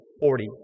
forty